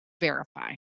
verify